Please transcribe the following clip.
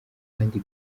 kandi